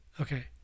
Okay